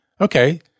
Okay